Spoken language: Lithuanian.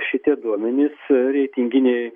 šitie duomenis reitinginiai